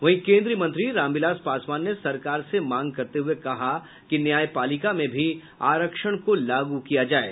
वहीं केंद्रीय मंत्री रामविलास पासवान ने सरकार से मांग करते हुये कहा कि न्यायपालिका में भी आरक्षण को लागू किया जाये